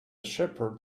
shepherd